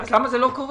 אז למה זה לא קורה?